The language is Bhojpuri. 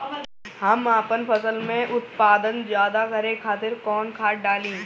हम आपन फसल में उत्पादन ज्यदा करे खातिर कौन खाद डाली?